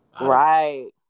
Right